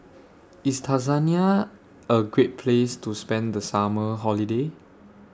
IS Tanzania A Great Place to spend The Summer Holiday